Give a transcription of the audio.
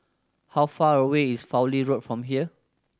how far away is Fowlie Road from here